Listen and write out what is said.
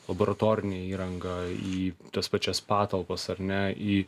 laboratorinę įrangą į tas pačias patalpas ar ne į